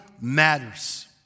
matters